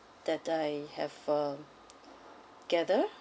that I have uh gathered